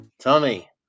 Tommy